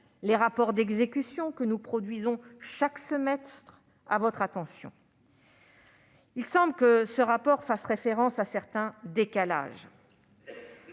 les rapports d'exécution que nous produisons chaque semestre à votre attention. Il semble que ce rapport de votre commission fasse référence à certains décalages.